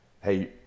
Hey